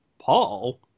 Paul